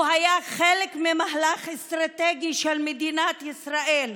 הוא היה חלק ממהלך אסטרטגי של מדינת ישראל,